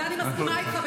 עם זה אני מסכימה איתך,